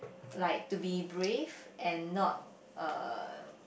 like to be brave and not uh